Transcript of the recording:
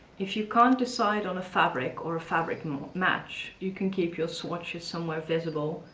if you can't decide on a fabric or a fabric and match, you can keep your swatches somewhere visible,